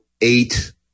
eight